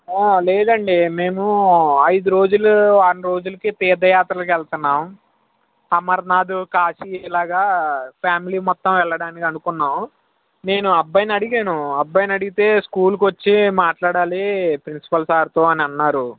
ఆ లేదండి మేము ఐదు రోజులు వారం రోజులకి తీర్థయాత్రలకి వెళ్తున్నాం అమరనాథ కాశీ ఇలాగ ఫ్యామిలీ మొత్తం వెళ్ళడానికి అనుకున్నాం నేను అబ్బాయిని అడిగాను అబ్బాయిని అడిగితే స్కూల్కి వచ్చి మాట్లాడాలి ప్రిన్సిపల్ సార్తో అని అన్నాడు